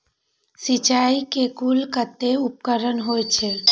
सिंचाई के कुल कतेक उपकरण होई छै?